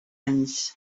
anys